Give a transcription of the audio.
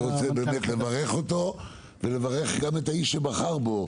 אני רוצה לברך אותו ולברך גם את האיש שבחר בו,